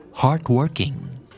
Hardworking